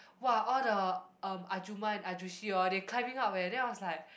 !wah! all the um ahjumma and ahjusshi all they climbing up eh then I was like